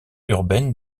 urbaine